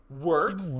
work